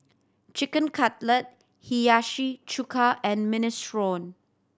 Chicken Cutlet Hiyashi Chuka and Minestrone